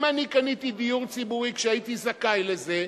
אם אני קניתי דיור ציבורי כשהייתי זכאי לזה,